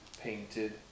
painted